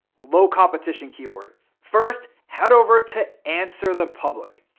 low competition keywords. first, head over to answerthepublic.